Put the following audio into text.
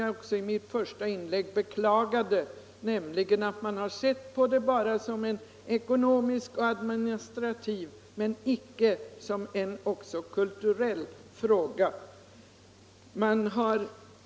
Något annat, som jag i mitt första inlägg också beklagade, är att man har sett på avtalet bara som en ekonomisk och administrativ, men icke dessutom som en kulturell fråga.